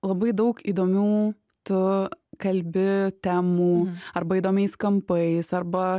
labai daug įdomių tu kalbi temų arba įdomiais kampais arba